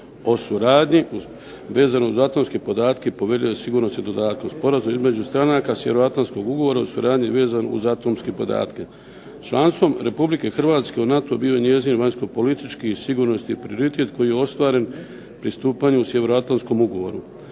o suradnji vezano uz atomske podatke i povjerljivim sigurnosnim dodatkom Sporazumu između stranaka Sjevernoatlantskog ugovora o suradnji vezano iz atomske podatke, članstvom RH u NATO bio je njezin vanjskopolitički i sigurnosni prioritet koji je ostvaren pristupanjem Sjevernoatlantskom ugovoru.